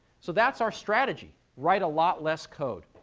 so that's our strategy, write a lot less code.